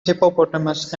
hippopotamus